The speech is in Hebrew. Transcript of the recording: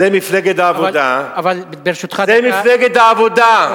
זה מפלגת העבודה, ברשותך, זה מפלגת העבודה.